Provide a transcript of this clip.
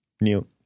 new